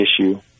issue